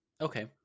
Okay